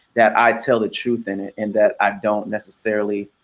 that i tell the truth in it, and that i don't necessarily